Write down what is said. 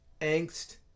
angst